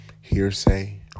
Hearsay